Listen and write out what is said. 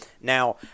Now